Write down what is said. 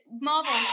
Marvel